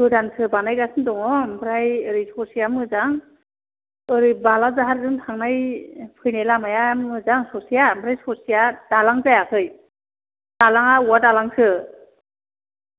गोदानसो बानायगासिनो दङ ओमफ्राय ओरै ससेया मोजां ओरै बालाजाहारजों थांनाय फैनाय लामाया मोजां ससेया ओमफ्राय ससेया दालां जायाखै दालाङा औवा दालांसो